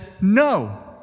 no